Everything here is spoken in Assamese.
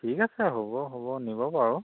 ঠিক আছে হ'ব হ'ব নি বাৰু